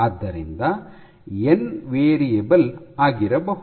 ಆದ್ದರಿಂದ N variable ಆಗಿರಬಹುದು